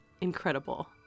Incredible